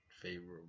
favorable